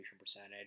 percentage